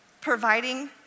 providing